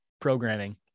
programming